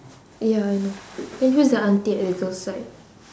ya I know then who's the auntie at the girls' side